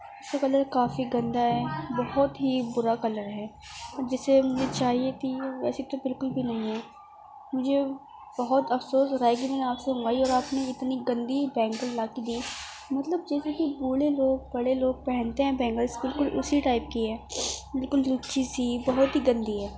اس کا کلر کافی گندہ ہے بہت ہی برا کلر ہے جیسے مجھے چاہیے تھی ویسی تو بالکل بھی نہیں ہے مجھے بہت افسوس ہو رہا ہے کہ میں نے آپ سے منگائی اور آپ نے اتنی گندی بینگل لا کے دی مطلب جیسےکہ بوڑھے لوگ بڑے لوگ پہنتے ہیں بینگلس بالکل اسی ٹائپ کی ہے بالکل لچی سی بہت ہی گندی ہے